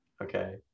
okay